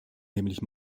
nämlich